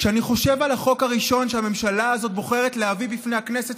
כשאני חושב על החוק הראשון שהממשלה הזאת בוחרת להביא בפני הכנסת,